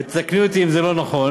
ותקני אותי אם זה לא נכון,